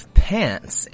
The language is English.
pants